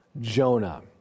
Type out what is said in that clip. Jonah